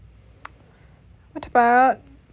what about